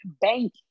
bank